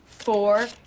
four